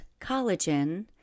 collagen